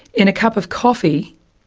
in a cup of coffee,